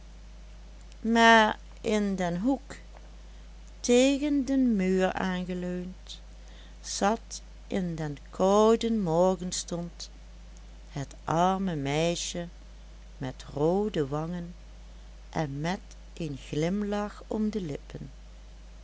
maar in den hoek tegen den muur aangeleund zat in den kouden morgenstond het arme meisje met roode wangen en met een glimlach om de lippen